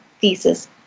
thesis